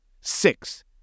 Six